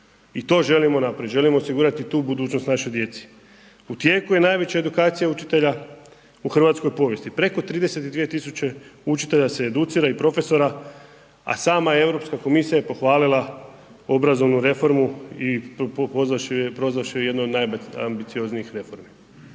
I to želimo napraviti, želimo osigurati tu budućnost našoj djeci. U tijeku je najveća edukacija učitelja u hrvatskoj povijesti, preko 32 tisuće učitelja se educira i profesora, a sama Europska komisija je pohvalila obrazovnu reformu i prozvavši je jednu od najambicioznijih reformi.